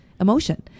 emotion